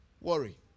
Worry